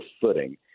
footing